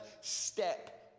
step